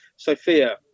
Sophia